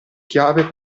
chiave